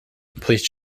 please